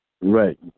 right